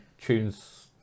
tunes